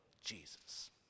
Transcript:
Jesus